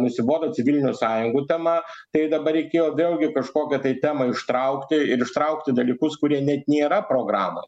nusibodo civilinių sąjungų tema tai dabar reikėjo vėlgi kažkokią tai temą ištraukti ir ištraukti dalykus kurie net nėra programą